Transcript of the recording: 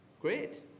Great